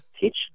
teach